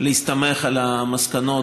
להסתמך על המסקנות